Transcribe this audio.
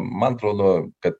man atrodo kad